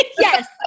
Yes